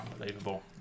Unbelievable